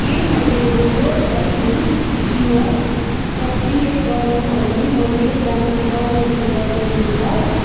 के मैले robot vacuum cleaner सक्रिय गर्नु अघि मैले जान्नुपर्ने कुरा केही छ